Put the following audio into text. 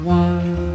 one